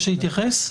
להתייחס?